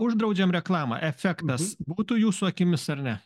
uždraudžiam reklamą efektas būtų jūsų akimis ar ne